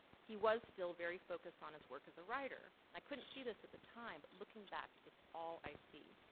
he was still very focused on his work as a writer. and i couldn't see this at the time looking back, it's all i see.